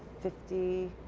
fifty